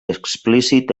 explícit